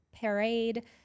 Parade